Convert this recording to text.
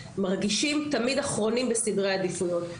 מרגישים תמיד אחרונים בסדרי עדיפויות,